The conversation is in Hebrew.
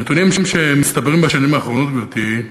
הנתונים שמצטברים בשנים האחרונות, גברתי,